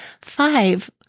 Five